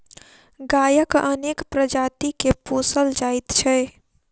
गायक अनेक प्रजाति के पोसल जाइत छै